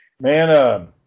Man